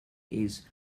days